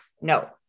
no